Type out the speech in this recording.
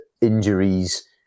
injuries